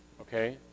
Okay